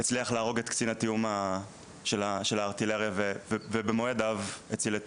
הצליח להרוג את קצין התיאום של הארטילריה ובמו ידיו הציל את